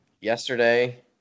Yesterday